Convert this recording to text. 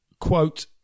quote